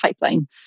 pipeline